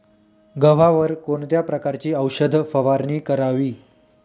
गव्हावर कोणत्या प्रकारची औषध फवारणी करावी?